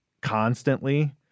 constantly